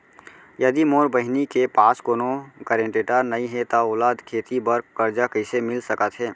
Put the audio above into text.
यदि मोर बहिनी के पास कोनो गरेंटेटर नई हे त ओला खेती बर कर्जा कईसे मिल सकत हे?